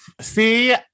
See